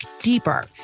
deeper